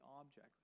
object